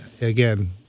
again